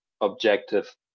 objective